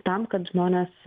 tam kad žmonės